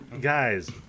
guys